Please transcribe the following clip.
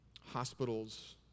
hospitals